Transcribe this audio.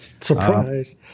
Surprise